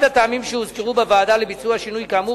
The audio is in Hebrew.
אחד הטעמים שהוזכרו בוועדה לביצוע שינוי כאמור